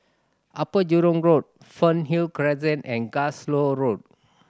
Upper Jurong Road Fernhill Crescent and Glasgow Road